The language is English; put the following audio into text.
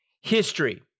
history